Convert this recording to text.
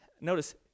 notice